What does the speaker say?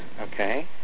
okay